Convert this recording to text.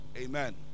Amen